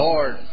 Lord